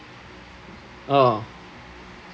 oh